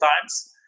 times